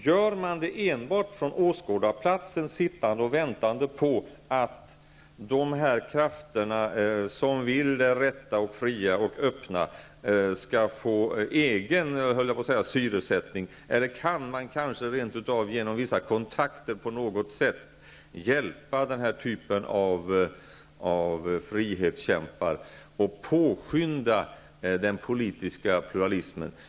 Gör man det genom att enbart på åskådarplats sitta och vänta på att de krafter som vill rätta, fria och öppna så att säga skall få egen syresättning, eller kan man kanske rent utav genom vissa kontaktet på något sätt hjälpa den här typen av frihetskämpar och påskynda den politiska pluralismen?